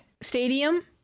stadium